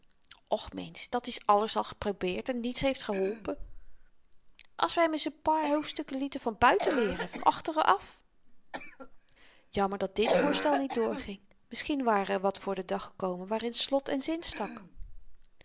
mensch dat is alles al geprobeerd en niets heeft geholpen als we hem eens n paar hoofdstukken lieten van buiten leeren van achteren af jammer dat dit voorstel niet doorging misschien ware er wat voor den dag gekomen waarin slot en zin stak